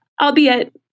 Albeit